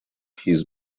his